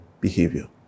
behavior